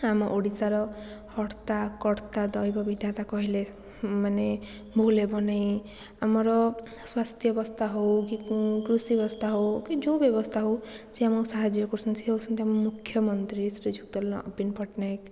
ଆମ ଓଡ଼ିଶାର ହର୍ତ୍ତା କର୍ତ୍ତା ଦଇବ ବିଧାତା କହିଲେ ମାନେ ଭୁଲ ହେବ ନାହିଁ ଆମର ସ୍ୱାସ୍ଥ୍ୟବସ୍ଥା ହେଉ କି କୃଷି ବ୍ୟବସ୍ଥା ହେଉ କି ଯେଉଁ ବ୍ୟବସ୍ଥା ହେଉ ସେ ଆମକୁ ସାହାଯ୍ୟ କରୁଛନ୍ତି ସେ ହେଉଛନ୍ତି ଆମ ମୁଖ୍ୟମନ୍ତ୍ରୀ ଶ୍ରୀଯୁକ୍ତ ନ ନବୀନ ପଟ୍ଟନାୟକ